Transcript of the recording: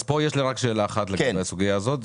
אז פה יש לי רק שאלה אחת לגבי הסוגייה הזאת,